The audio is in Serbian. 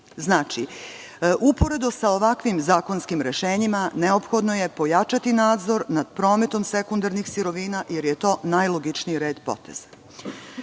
biti? Uporedo sa ovakvim zakonskim rešenjima neophodno je pojačati nadzor nad prometom sekundarnih sirovina, jer je to najlogičniji red poteza. Krađa